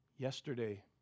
Yesterday